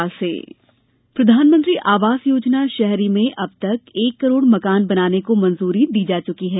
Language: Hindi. पीएम आवास योजना प्रधानमंत्री आवास योजना शहरी में अब तक एक करोड़ मकान बनाने को मंजूरी दी जा चुकी है